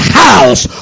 house